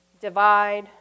divide